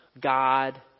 God